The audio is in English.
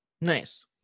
nice